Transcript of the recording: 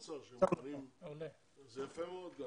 אז יפה מאוד.